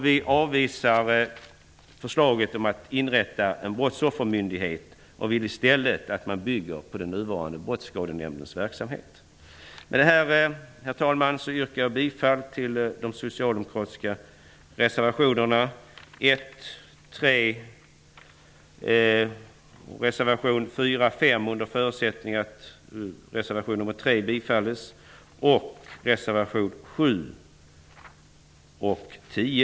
Vi avvisar förslaget om att inrätta en brottsoffermyndighet och vill i stället att man bygger på nuvarande Med detta, herr talman, yrkar jag bifall till de socialdemokratiska reservationerna 1 och 3 och, under förutsättning att reservation 3 bifalls, till reservationerna 4 och 5. Dessutom yrkar jag bifall till reservationerna 7 och 10.